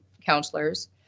counselors